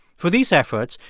for these efforts,